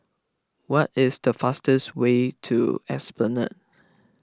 what is the fastest way to Esplanade